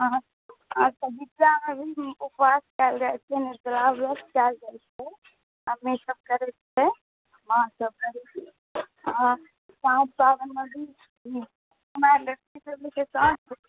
हँ अच्छा जितिआमे भी उपवास कएल जाइ छै निर्जला व्रत कएल जाइ छै अपने सब करै छिए माँसब करै छै आओर साँझ पाबनिमे भी कुमारि लड़कीसब भी के साथ